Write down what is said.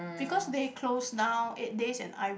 because they closed down eight days and I